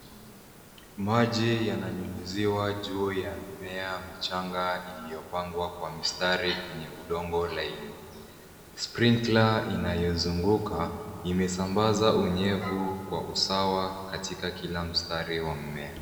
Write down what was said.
Maji yananyunyiziwa juu ya mimea michanga iliyo pangwa kwa mistari kwenye udongo laini. sprinkler inayozunguka imesambaza unyevu kwa usawa katika kila mstari wa mmea.